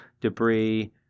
debris